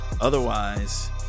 otherwise